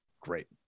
Great